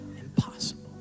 impossible